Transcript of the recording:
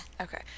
okay